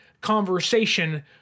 conversation